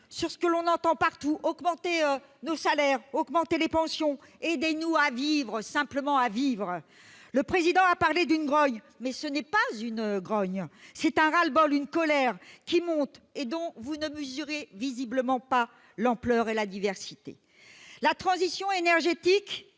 sur ce que l'on entend partout : augmentez nos salaires, augmentez les pensions, aidez-nous à vivre, simplement à vivre ! Le Président a parlé d'une grogne, mais ce n'est pas une grogne ! C'est un ras-le-bol, une colère qui monte et dont vous ne mesurez visiblement pas l'ampleur et la diversité. La transition énergétique